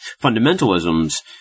fundamentalisms